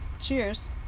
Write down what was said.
cheers